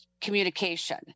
communication